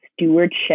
stewardship